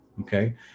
Okay